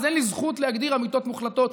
אז אין לי זכות להגדיר אמיתות מוחלטות,